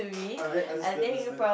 alright understood understood